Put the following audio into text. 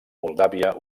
moldàvia